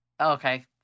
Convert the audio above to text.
okay